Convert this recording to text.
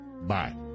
Bye